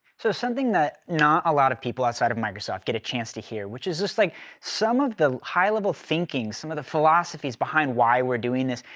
so something that not a lot of people outside of microsoft get a chance to hear which is just like some of the high-level thinking, some of the philosophies behind why we're doing this.